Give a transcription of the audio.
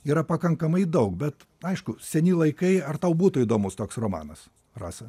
yra pakankamai daug bet aišku seni laikai ar tau būtų įdomus toks romanas rasa